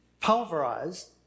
pulverized